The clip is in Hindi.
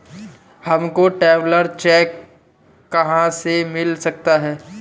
हमको ट्रैवलर चेक कहाँ से मिल सकता है?